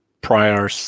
prior